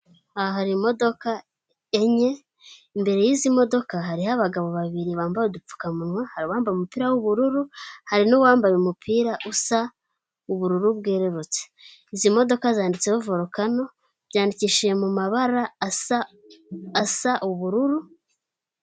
Aha hari imodoka enye imbere y'izi modoka hariho abagabo babiri bambaye udupfukamunwa, hari uwambaye umupira w'ubururu hari n'uwambaye umupira usa ubururu bwerurutse, izi modoka zanditseho vorukano byandikishije mu mabara asa ubururu.